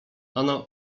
ano